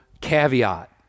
caveat